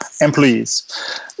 employees